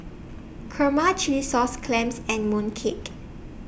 Kurma Chilli Sauce Clams and Mooncake